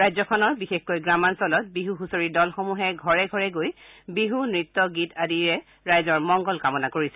ৰাজ্যখনৰ বিশেষকৈ গ্ৰাম্যাঞ্চলত বিছ ছচৰিৰ দলসমূহে ঘৰে ঘৰে গৈ বিছ নৃত্য গীত আদিৰে ৰাইজৰ মংগল কামনা কৰিছে